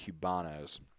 Cubanos